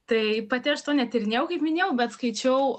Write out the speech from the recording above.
tai pati aš to netyrinėjau kaip minėjau bet skaičiau